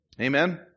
Amen